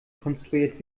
konstruiert